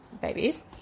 babies